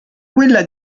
quella